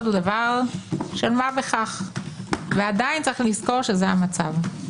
הוא דבר של מה בכך ועדיין צריך לזכור שזה המצב.